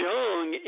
Young